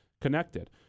connected